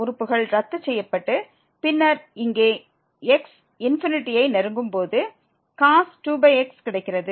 உறுப்புகள் ரத்து செய்யப்பட்டு பின்னர் இங்கே x ஐ நெருங்கும் போது cos 2x கிடைக்கிறது